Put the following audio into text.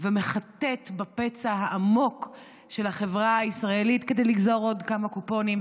ומחטט בפצע העמוק של החברה הישראלית כדי לגזור עוד כמה קופונים,